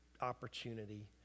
opportunity